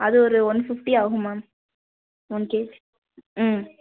அது ஒரு one fifty ஆகும் மேம் ஒன் கே ம்